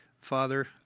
Father